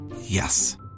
Yes